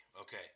Okay